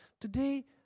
today